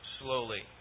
slowly